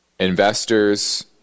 investors